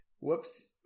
Whoops